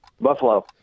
Buffalo